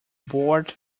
board